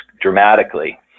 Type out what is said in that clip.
dramatically